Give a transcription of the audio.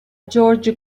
george